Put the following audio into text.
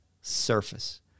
surface